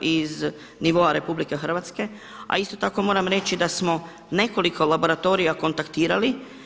iz nivoa RH, a isto tako moram reći da smo nekoliko laboratorija kontaktirali.